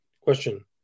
Question